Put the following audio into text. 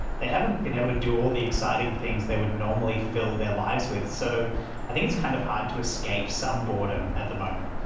they haven't been able to do all the exciting things they would normally fill their lives with, so i think it's kind of hard to escape some boredom at the moment.